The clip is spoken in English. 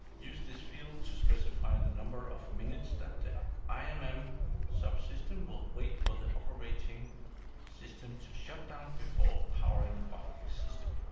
use this field to specify the number of minutes that the um imm subsystem will wait for the operating system to shut down before powering off the system.